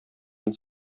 мин